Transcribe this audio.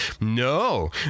No